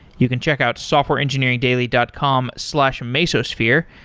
you can check out softwareengineeringdaily dot com slash mesosphere,